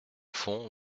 fond